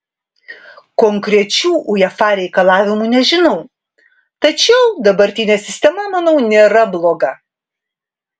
konkrečių uefa reikalavimų nežinau tačiau dabartinė sistema manau nėra bloga